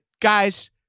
guys